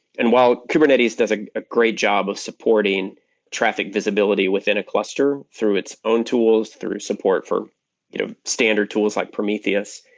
and while kubernetes does ah a great job of supporting traffic visibility within a cluster through its own tools, through support for you know standard tools like prometheus,